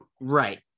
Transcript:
right